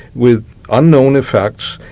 with unknown effects,